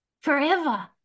forever